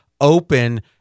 open